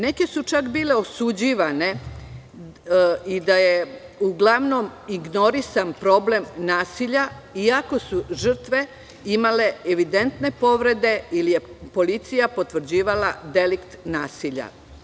Neke su čak bile osuđivane i da je uglavnom ignorisan problem nasilja, iako su žrtve imale evidentne povrede, ili je policija potvrđivala delikt nasilja.